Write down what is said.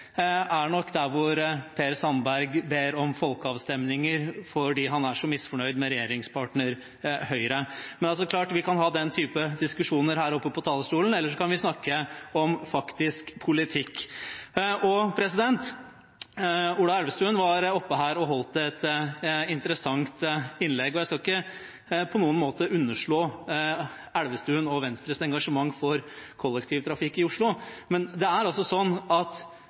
er nok der hvor Per Sandberg ber om folkeavstemninger fordi han er så misfornøyd med regjeringspartner Høyre. Men det er klart: Vi kan ha den type diskusjoner her oppe på talerstolen, eller vi kan snakke om faktisk politikk. Ola Elvestuen holdt et interessant innlegg. Jeg skal ikke på noen måte underslå Elvestuen og Venstres engasjement for kollektivtrafikken i Oslo, men det er altså slik at